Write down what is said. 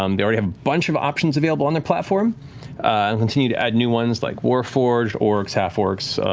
um they already have a bunch of options available on their platform, and continue to add new ones like warforged, orcs, half-orcs,